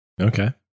Okay